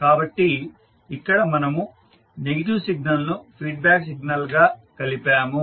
కాబట్టి ఇక్కడ మనము నెగిటివ్ సిగ్నల్ను ఫీడ్బ్యాక్ సిగ్నల్గా కలిపాము